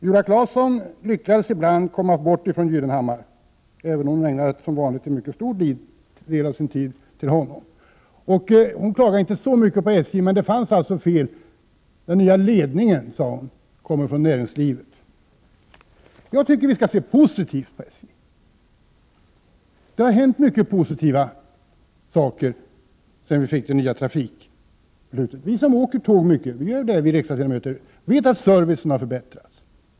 Viola Claesson lyckas ibland komma bort ifrån Gyllenhammar, även om hon som vanligt ägnade en mycket stor del av sin tid åt honom. Hon klagade inte så mycket på SJ, men det fanns fel, sade hon: den nya ledningen kommer från näringslivet. Jag tycker vi skall se positivt på SJ. Det har hänt många positiva saker sedan vi fick det nya trafikbeslutet. Vi riksdagsledamöter, som ju åker tåg mycket, vet att servicen har förbättrats.